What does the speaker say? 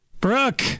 Brooke